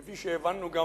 כפי שהבנו גם